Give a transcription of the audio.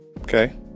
okay